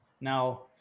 Now